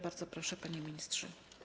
Bardzo proszę, panie ministrze.